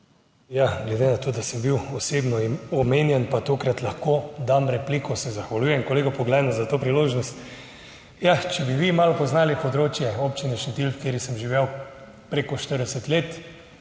Ja, glede na to, da sem bil osebno omenjen, pa tokrat lahko dam repliko, in se zahvaljujem kolegu Poglajnu za to priložnost. Ja, če bi vi malo poznali območje Občine Šentilj, kjer sem živel preko 40 let,